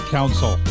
Council